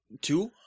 Two